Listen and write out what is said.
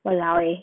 !walao! eh